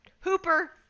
Hooper